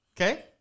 Okay